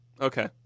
Okay